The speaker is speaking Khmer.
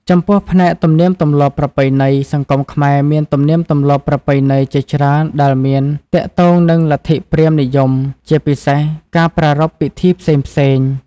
ចំពោះ ផ្នែកទំនៀមទម្លាប់ប្រពៃណី សង្គមខ្មែរមានទំនៀមទម្លាប់ប្រពៃណីជាច្រើនដែលមានទាក់ទងនឹងលទ្ធិព្រាហ្មណ៍និយម ជាពិសេស ការប្រារព្ធពិធីផ្សេងៗ។